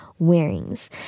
wearings